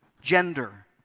gender